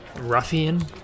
Ruffian